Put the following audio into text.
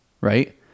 right